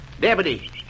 Deputy